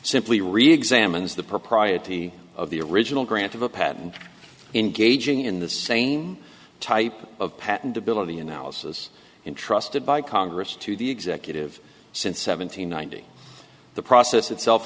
simply reexamine is the propriety of the original grant of a patent engaging in the same type of patentability analysis and trusted by congress to the executive since seven hundred ninety the process itself